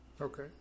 Okay